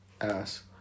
Ass